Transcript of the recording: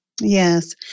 Yes